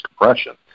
compression